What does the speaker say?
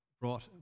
brought